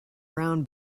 brown